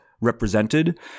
represented